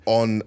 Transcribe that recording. on